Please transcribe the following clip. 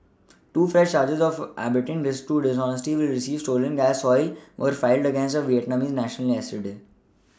two fresh are charges of abetting list to dishonestly receive stolen gas oil were filed against a Vietnamese national yesterday